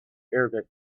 arabic